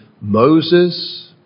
Moses